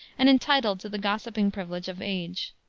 and entitled to the gossiping privilege of age.